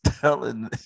telling